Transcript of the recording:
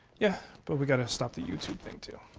yeah, but we've got to stop the youtube thing too.